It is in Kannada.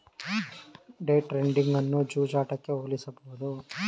ಡೇ ಟ್ರೇಡಿಂಗ್ ಅನ್ನು ಜೂಜಾಟಕ್ಕೆ ಹೋಲಿಸಬಹುದು